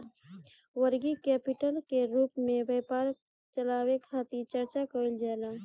working capital के रूप में व्यापार चलावे खातिर चर्चा कईल जाला